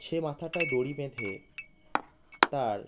সে মাথাটায় দড়ি বেঁধে তার